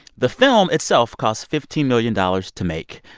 the film itself costs fifteen million dollars to make.